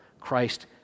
Christ